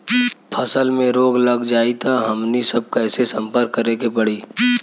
फसल में रोग लग जाई त हमनी सब कैसे संपर्क करें के पड़ी?